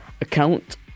account